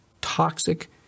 toxic